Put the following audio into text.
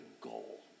goal